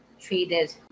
treated